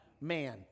man